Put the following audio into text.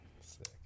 Sick